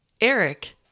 Eric